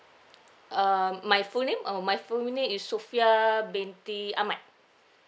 um my full name oh my full name is sofia binti ahmad